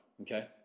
Okay